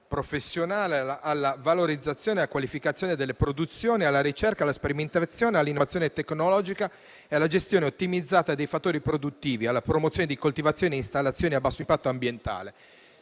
professionale, alla valorizzazione e alla qualificazione delle produzioni, alla ricerca, alla sperimentazione e all'innovazione tecnologica e alla gestione ottimizzata dei fattori produttivi, alla promozione di coltivazioni e installazioni a basso impatto ambientale.